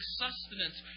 sustenance